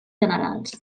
generals